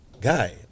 guy